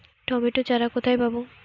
Tomato চারা কোথায় পাবো?